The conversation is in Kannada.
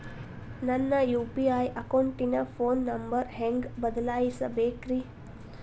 ನನ್ನ ಯು.ಪಿ.ಐ ಅಕೌಂಟಿನ ಫೋನ್ ನಂಬರ್ ಹೆಂಗ್ ಬದಲಾಯಿಸ ಬೇಕ್ರಿ?